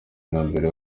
intumbero